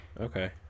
Okay